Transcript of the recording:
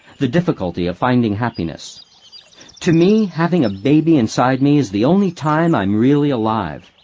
the difficulty of finding happiness to me, having a baby inside me is the only time i'm really alive.